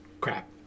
crap